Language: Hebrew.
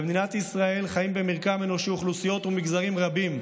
במדינת ישראל חיים במרקם אנושי אוכלוסיות ומגזרים רבים,